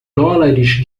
dólares